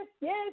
yes